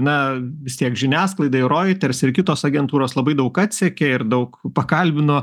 na vis tiek žiniasklaidai ir routers ir kitos agentūros labai daug atsekė ir daug pakalbino